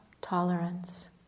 tolerance